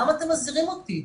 למה אתם מזהירים אותי,